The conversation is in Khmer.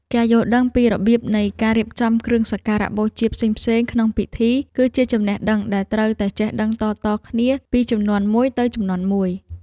ការដឹងពីរបៀបនៃការរៀបចំគ្រឿងសក្ការបូជាផ្សេងៗក្នុងពិធី គឺជាចំណេះដឹងដែលត្រូវតែចេះដឹងតៗគ្នាពីជំនាន់មួយទៅជំនាន់មួយ។